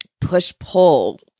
push-pull